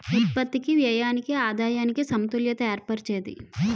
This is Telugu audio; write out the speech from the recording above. ఉత్పత్తికి వ్యయానికి ఆదాయానికి సమతుల్యత ఏర్పరిచేది